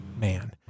man